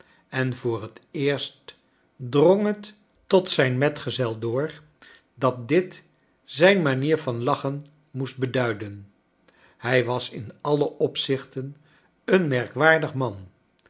en voor t eerst drong het tot zijn metgezel door dat dit zijn maimer van lachen moest beduiden hij was in alle opzichten een merkwaardig man